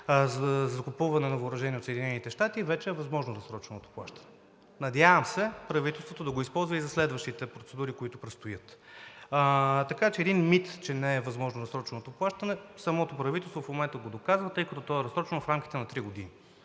за закупуване на въоръжение от Съединените щати, вече е възможно разсроченото плащане. Надявам се правителството да го използва и за следващите процедури, които предстоят. Така че един мит, че не е възможно разсроченото плащане – самото правителство в момента го доказва, тъй като то е разсрочено в рамките на три години,